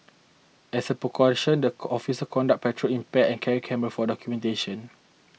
as a precaution the officers conduct patrol in Pairs and carry cameras for documentation